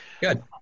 Good